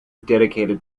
dedicated